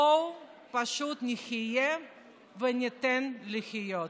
בואו פשוט נחיה וניתן לחיות.